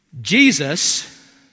Jesus